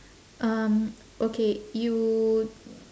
um okay you